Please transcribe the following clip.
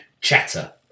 chatter